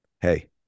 Hey